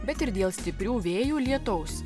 bet ir dėl stiprių vėjų lietaus